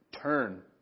Turn